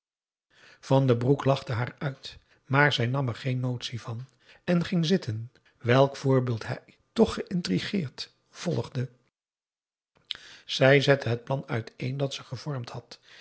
van den broek lachte haar uit maar zij nam er geen notitie van en ging zitten welk voorbeeld hij toch geïntrigeerd volgde zij zette het plan uiteen dat ze gevormd had